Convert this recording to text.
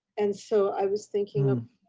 and so i was thinking of